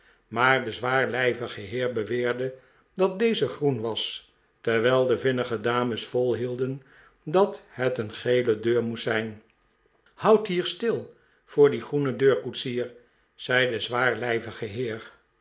maar de zwaarlijvige heer beweerde dat deze groen was terwijl de vinnige dames volhielden dat het een gele deur moest zijn houd hier stil voor die groene deur koetsier zei de zwaarlijvige heer